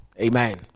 Amen